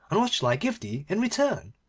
and what shall i give thee in return